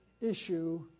issue